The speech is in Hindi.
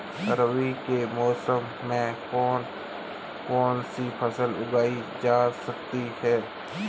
रबी मौसम में कौन कौनसी फसल उगाई जा सकती है?